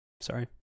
Sorry